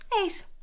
Eight